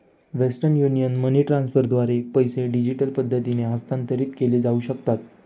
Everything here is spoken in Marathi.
वेस्टर्न युनियन मनी ट्रान्स्फरद्वारे पैसे डिजिटल पद्धतीने हस्तांतरित केले जाऊ शकतात